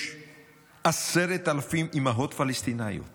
יש 10,000 אימהות פלסטיניות